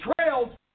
trails